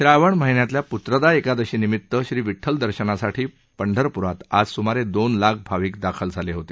श्रावण महिन्यातील प्त्रदा एकादशीनिमित श्री विठ्ठल दर्शनासाठी पंढरप्रात आज स्मारे दोन लाख भाविक दाखल झाले होते